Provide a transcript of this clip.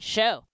Show